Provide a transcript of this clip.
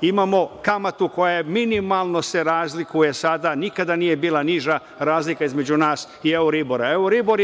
Imamo kamatu koja je se minimalno razlikuje sada. Nikada nije bila niža razlika između nas i euroribor.